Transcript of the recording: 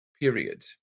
period